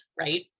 right